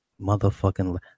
Motherfucking